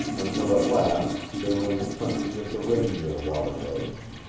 until at last they were in the country of the reindeer waterways.